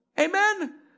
Amen